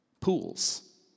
pools